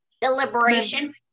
deliberation